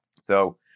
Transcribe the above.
So-